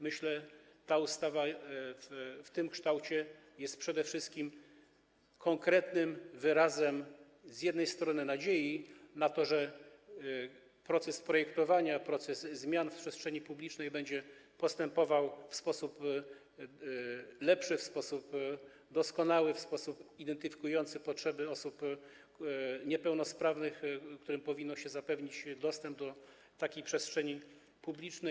Myślę, że ta ustawa w tym kształcie jest przede wszystkim konkretnym wyrazem nadziei na to, że proces projektowania, proces zmian w przestrzeni publicznej będzie postępował w sposób lepszy, w sposób doskonały, w sposób identyfikujący potrzeby osób niepełnosprawnych, którym powinno się zapewnić dostęp do takiej przestrzeni publicznej.